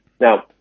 Now